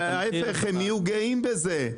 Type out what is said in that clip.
ההיפך, הם יהיו גאים בזה.